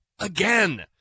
again